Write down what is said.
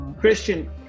Christian